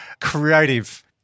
creative